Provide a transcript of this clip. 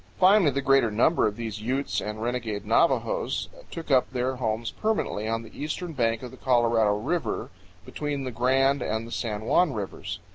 finally, the greater number of these utes and renegade navajos took up their homes permanently on the eastern bank of the colorado river between the grand and the san juan rivers.